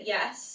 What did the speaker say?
Yes